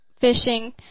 fishing